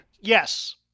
Yes